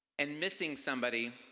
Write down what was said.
and missing somebody